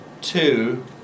two